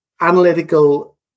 analytical